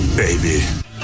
baby